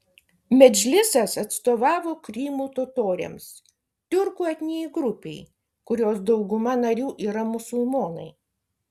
medžlisas atstovavo krymo totoriams tiurkų etninei grupei kurios dauguma narių yra musulmonai